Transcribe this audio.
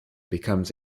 becomes